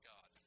God